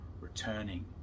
returning